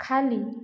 खाली